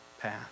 path